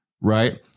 right